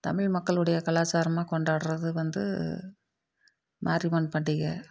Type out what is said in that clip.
தமிழ் மக்களுடைய கலாச்சாரமாக கொண்டாடுறது வந்து மாதிரி மான் பண்டிகை